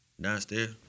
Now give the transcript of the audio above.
Downstairs